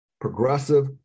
progressive